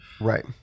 right